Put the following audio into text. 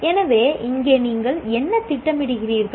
எனவே இங்கே நீங்கள் என்ன திட்டமிடுகிறீர்கள்